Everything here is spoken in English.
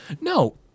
No